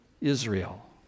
Israel